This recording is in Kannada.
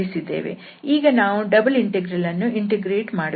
ಈಗ ನಾವು ಡಬಲ್ ಇಂಟೆಗ್ರಲ್ ಅನ್ನು ಇಂಟಿಗ್ರೇಟ್ ಮಾಡುತ್ತೇವೆ